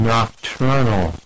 Nocturnal